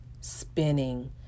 spinning